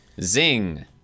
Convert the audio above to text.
Zing